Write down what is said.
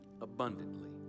abundantly